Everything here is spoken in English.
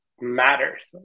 matters